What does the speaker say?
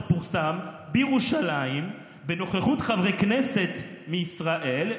פורסם בירושלים בנוכחות חברי כנסת מישראל,